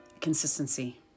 consistency